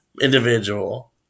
individual